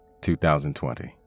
2020